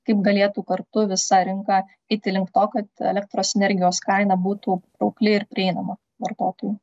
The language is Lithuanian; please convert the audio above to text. kaip galėtų kartu visa rinka eiti link to kad elektros energijos kaina būtų kukli ir prieinama vartotojui